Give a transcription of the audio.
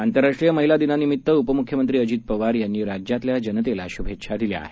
आंतरराष्ट्रीय महिला दिनानिमित्त उपमुख्यमंत्री अजित पवार यांनी राज्यातल्या जनतेला श्भेच्छा दिल्या आहेत